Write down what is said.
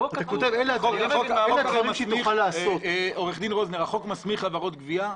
החוק מסמיך חברות גבייה,